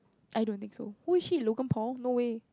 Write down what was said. I don't think so who is she Logan Paul no way